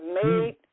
made